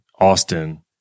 Austin